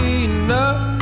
enough